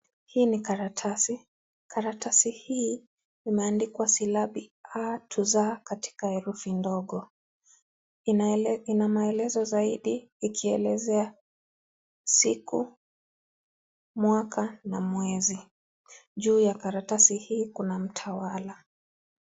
Hii ni karatasi, karatasi hii imeandikwa silabi A to Z katika herufi ndogo ina maelezo zaidi ikielezea siku, mwaka na mwezi. Juu ya karatasi hii kuna mtawala.